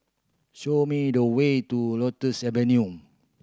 show me the way to Lotus Avenue